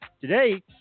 Today